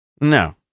No